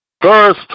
first